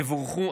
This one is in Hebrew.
יבורכו.